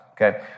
Okay